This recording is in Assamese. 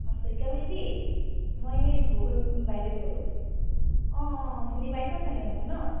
অঁ শইকীয়া ভাইটি মই গগৈ বাইদেৱে ক'লো অঁ অঁ চিনি পাইচা চাগে মোক ন